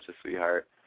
sweetheart